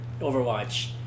Overwatch